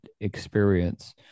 experience